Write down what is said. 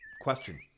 question